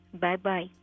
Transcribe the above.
Bye-bye